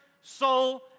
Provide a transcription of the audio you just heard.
soul